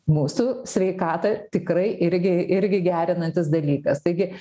mūsų sveikatą tikrai irgi irgi gerinantis dalykas taigi